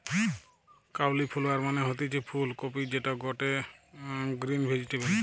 cauliflower মানে হতিছে ফুল কপি যেটা গটে গ্রিন ভেজিটেবল